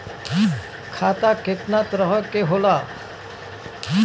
खाता केतना तरह के होला?